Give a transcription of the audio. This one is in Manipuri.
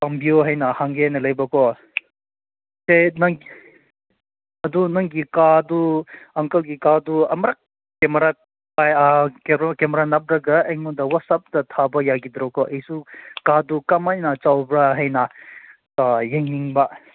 ꯄꯥꯡꯕꯤꯌꯣ ꯍꯥꯏꯅ ꯍꯪꯒꯦꯅ ꯂꯩꯕꯀꯣ ꯑꯦ ꯅꯪ ꯑꯗꯨ ꯅꯪꯒꯤ ꯀꯥꯗꯨ ꯑꯪꯀꯜꯒꯤ ꯀꯥꯗꯨ ꯑꯃꯔꯛ ꯀꯦꯃꯦꯔꯥ ꯀꯩꯅꯣ ꯀꯦꯃꯦꯔꯥ ꯅꯝꯂꯒ ꯑꯩꯉꯣꯟꯗ ꯋꯥꯆꯦꯞꯇ ꯊꯥꯕ ꯌꯥꯒꯗ꯭ꯔꯀꯣ ꯑꯩꯁꯨ ꯀꯥꯗꯨ ꯀꯃꯥꯏꯅ ꯆꯥꯎꯕ꯭ꯔꯥ ꯍꯥꯏꯅ ꯌꯦꯡꯅꯤꯡꯕ